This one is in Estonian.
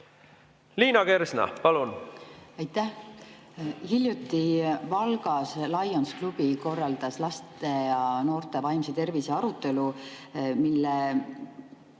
Liina Kersna, palun! Aitäh! Hiljuti Valgas Lions-klubi korraldas laste ja noorte vaimse tervise arutelu, mille